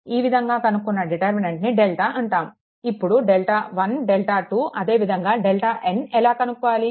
ఈ విధంగా కనుక్కున డిటర్మినెంట్ని డెల్టా అంటాము ఇప్పుడు డెల్టా1 డెల్టా2 అదే విధంగా డెల్టాn ఎలా కనుక్కోవాలి